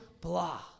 blah